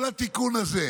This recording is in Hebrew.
כל התיקון הזה,